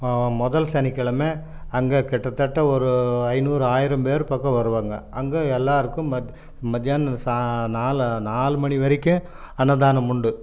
முதல் சனிக்கிழமை அங்கே கிட்டத்தட்ட ஒரு ஐநூறு ஆயிரம் பேர் பக்கம் வருவாங்க அங்கே எல்லோருக்கும் மதியானம் நாலு நாலு மணி வரைக்கும் அன்னதானம் உண்டு